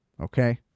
Okay